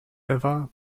ever